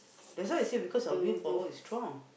that's why I say because of willpower is strong